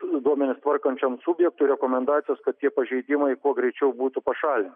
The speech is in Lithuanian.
duomenis tvarkančiam subjektui rekomendacijos kad tie pažeidimai kuo greičiau būtų pašalinti